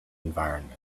environment